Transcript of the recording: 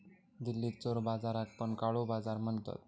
दिल्लीत चोर बाजाराक पण काळो बाजार म्हणतत